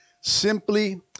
Simply